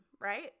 right